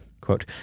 Quote